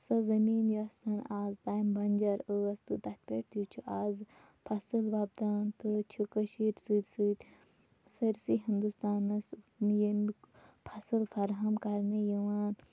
سۄ زٔمیٖن یۄس آز تام بنجر ٲس تہٕ تَتھ پٮ۪ٹھ تہِ چھِ آز فصل وۄپدان تہٕ چھِ کٔشیٖرِ سۭتۍ سۭتۍ سٲرۍسٕے ہِنٛدُستانَس ییٚمہِ فصل فرہم کرنہٕ یِوان